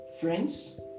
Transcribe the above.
friends